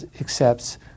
accepts